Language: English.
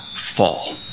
fall